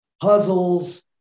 puzzles